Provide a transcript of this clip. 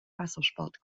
wassersport